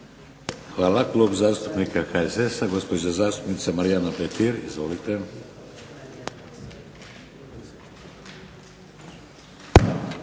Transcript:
Hvala. Klub zastupnika HSS-a, gospođa zastupnica Marijana Petir. Izvolite.